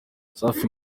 safi